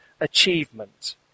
achievement